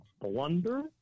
blunder